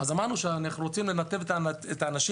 אמרנו שאנחנו רוצים לנתב את האנשים